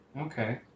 Okay